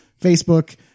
Facebook